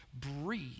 Breathe